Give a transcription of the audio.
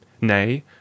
nay